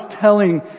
telling